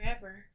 forever